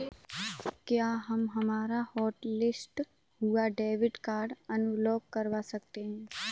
क्या हम हमारा हॉटलिस्ट हुआ डेबिट कार्ड अनब्लॉक करवा सकते हैं?